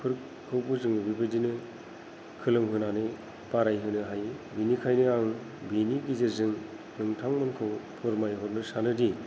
फोरखौबो जोङो बेबायदिनो खोलोम होनानै बारायहोनो हायो बेनिखायनो आं बेनि गेजेरजों नोंथांमोनखौ फोरमायहरनो सानो दि